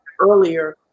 earlier